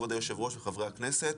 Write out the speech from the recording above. כבוד היו"ר וחברי הכנסת,